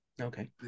Okay